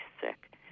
sick